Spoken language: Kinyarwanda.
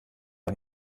aho